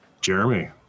Jeremy